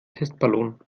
testballon